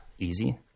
easy